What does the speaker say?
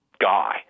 guy